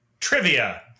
Trivia